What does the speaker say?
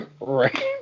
Right